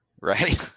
right